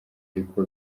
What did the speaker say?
ariko